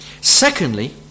Secondly